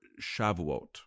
Shavuot